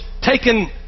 taken